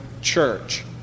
church